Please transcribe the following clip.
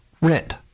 rent